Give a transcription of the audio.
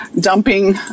dumping